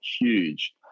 huge